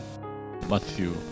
Matthew